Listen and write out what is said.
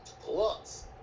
plus